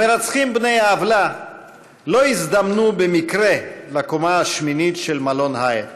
המרצחים בני העוולה לא הזדמנו במקרה לקומה השמינית של מלון היאט.